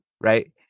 right